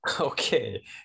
Okay